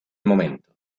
momento